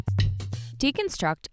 Deconstruct